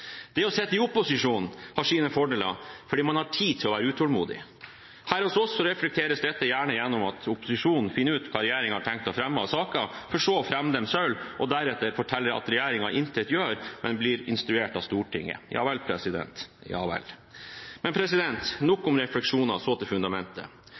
Det å sitte i opposisjon har sine fordeler, fordi man har tid til å være utålmodig. Her hos oss reflekteres dette gjerne gjennom at opposisjonen finner ut hva regjeringen har tenkt å fremme av saker, for så å fremme dem selv og deretter fortelle at regjeringen intet gjør, men blir instruert av Stortinget. Ja vel, ja vel. Men